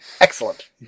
Excellent